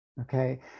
Okay